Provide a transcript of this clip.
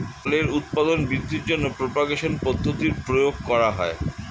ফলের উৎপাদন বৃদ্ধির জন্য প্রপাগেশন পদ্ধতির প্রয়োগ করা হয়